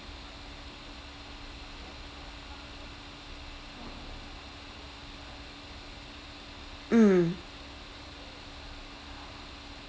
mm